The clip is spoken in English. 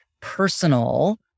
personal